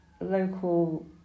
local